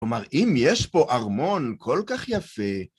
‫כלומר, אם יש פה ארמון כל כך יפה...